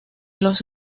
los